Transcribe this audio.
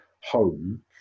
home